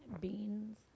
Beans